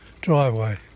driveway